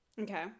Okay